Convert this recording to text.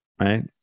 Right